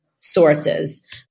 sources